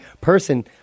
person